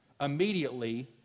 Immediately